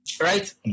right